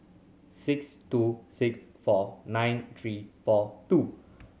six two six four nine three four two